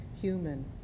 human